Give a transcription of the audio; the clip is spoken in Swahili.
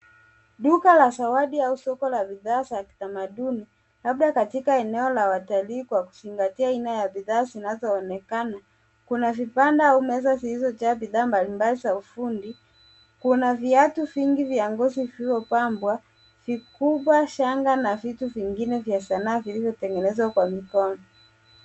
Duka la zawadi au soko la bidhaa za kitamaduni labda katika eneo la watalii kwa kuzingatia aina ya bidhaa zinazoonekana. Kuna vibanda au meza zilizojaa bidhaa mbalimbali za ufundi. Kuna viatu vingi vya ngozi vilivyopambwa vikubwa, shanga na vitu vingine vya sanaa vilivyotengenezwa kwa mikono.